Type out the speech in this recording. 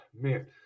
man